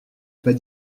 pas